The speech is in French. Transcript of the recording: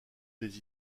des